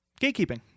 Gatekeeping